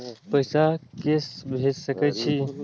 पैसा के से भेज सके छी?